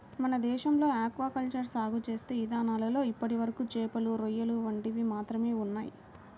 మన దేశంలో aquaculture సాగు చేసే ఇదానాల్లో ఇప్పటివరకు చేపలు, రొయ్యలు వంటివి మాత్రమే ఉన్నయ్